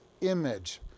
image